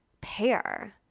pair